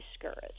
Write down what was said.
discouraged